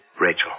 Rachel